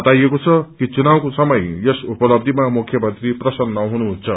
बताइएको छ कि चुनावको मसय यस उपलब्धिमा मुख्यमंत्री प्रसन्न हुनुहुन्छ